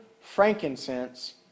frankincense